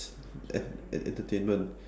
en~ entertainment